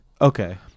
Okay